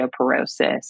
osteoporosis